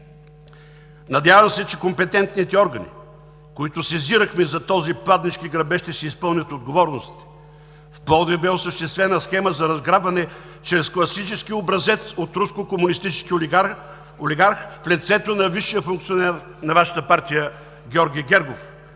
Надявам се, че компетентните органи, които сезирахме за този пладнешки грабеж, ще си изпълнят отговорностите. В Пловдив бе осъществена схема за разграбване чрез класически образец от руско-комунистически олигарх в лицето на висшия функционер на Вашата партия – Георги Гергов.